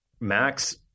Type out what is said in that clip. Max